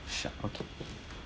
sho~ okay